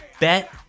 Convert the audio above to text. Bet